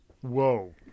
Whoa